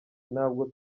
ntabwo